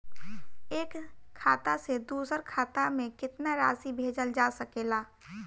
एक खाता से दूसर खाता में केतना राशि भेजल जा सके ला?